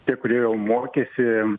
tie kurie jau mokėsi